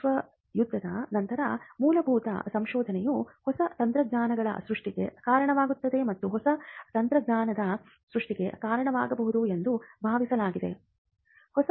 ವಿಶ್ವ ಯುದ್ಧದ ನಂತರ ಮೂಲಭೂತ ಸಂಶೋಧನೆಯು ಹೊಸ ತಂತ್ರಜ್ಞಾನಗಳ ಸೃಷ್ಟಿಗೆ ಕಾರಣವಾಗುತ್ತದೆ ಮತ್ತು ಹೊಸ ತಂತ್ರಜ್ಞಾನಗಳ ಸೃಷ್ಟಿಗೆ ಕಾರಣವಾಗಬಹುದು ಎಂದು ಭಾವಿಸಲಾಯಿತು